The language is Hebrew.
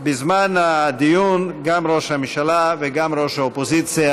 בזמן הדיון גם ראש הממשלה וגם ראש האופוזיציה